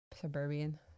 suburban